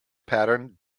pattern